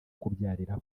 kubyarira